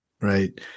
Right